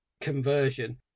conversion